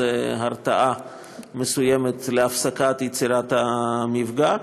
זו הרתעה מסוימת לשם הפסקת יצירת המפגע.